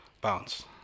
bounce